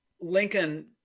Lincoln